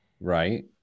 Right